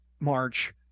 March